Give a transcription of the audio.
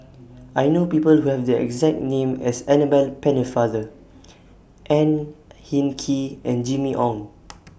I know People Who Have The exact name as Annabel Pennefather Ang Hin Kee and Jimmy Ong